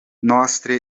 nostre